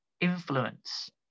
influence